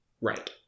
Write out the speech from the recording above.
Right